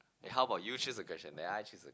eh how about you choose a question then I choose a